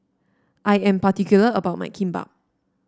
I am particular about my Kimbap